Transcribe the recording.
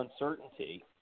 uncertainty